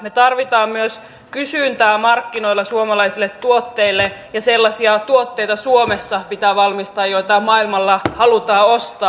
me tarvitsemme myös kysyntää markkinoilla suomalaisille tuotteille ja sellaisia tuotteita suomessa pitää valmistaa joita maailmalla halutaan ostaa